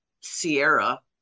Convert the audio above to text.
Sierra